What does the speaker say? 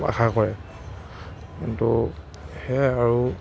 আশা কৰে কিন্তু সেয়াই আৰু